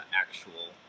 actual